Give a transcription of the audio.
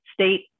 state